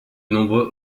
nombreux